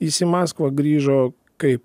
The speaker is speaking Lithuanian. jis į maskvą grįžo kaip